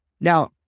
Now